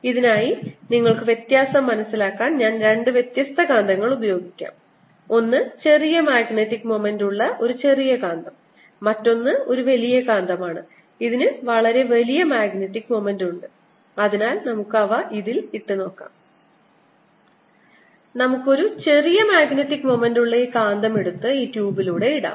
ഇതിനായി നിങ്ങൾക്ക് വ്യത്യാസം മനസ്സിലാക്കാൻ ഞാൻ രണ്ട് വ്യത്യസ്ത കാന്തങ്ങൾ ഉപയോഗിക്കാം ഒന്ന് ഒരു ചെറിയ മാഗ്നെറ്റിക് മൊമെൻറ് ഉള്ള ഒരു ചെറിയ കാന്തമാണ് മറ്റൊന്ന് ഒരു വലിയ കാന്തമാണ് ഇതിന് വളരെ വലിയ മാഗ്നെറ്റിക് മൊമെൻറ് ഉണ്ട് അതിനാൽ നമുക്ക് അവ ഇതിൽ ഇട്ടു നോക്കാം നമുക്ക് ഒരു ചെറിയ മാഗ്നെറ്റിക് മൊമെൻറ് ഉള്ള ഈ കാന്തം എടുത്ത് ഈ ട്യൂബിലൂടെ ഇടാം